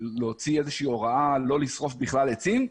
את שואלת למה לא להוציא איזושהי הוראה לא לשרוף עצים בכלל?